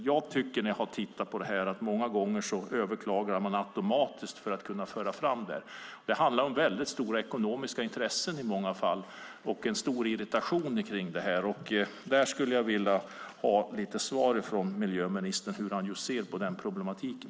Jag tycker att man många gånger överklagar automatiskt. Det handlar om stora ekonomiska intressen i många fall. Det är en stor irritation om detta. Jag skulle vilja ha lite svar från miljöministern på hur han ser på den här problematiken.